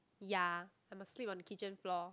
ya I'm asleep on the kitchen floor